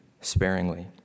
sparingly